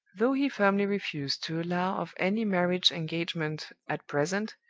though he firmly refused to allow of any marriage engagement at present,